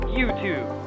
YouTube